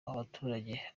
w’abaturage